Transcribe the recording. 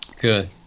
Good